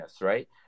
right